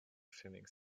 feelings